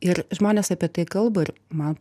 ir žmonės apie tai kalba ir man